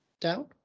Down